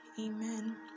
Amen